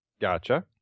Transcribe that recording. Gotcha